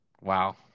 Wow